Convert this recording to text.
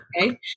okay